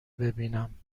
ببینم